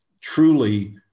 truly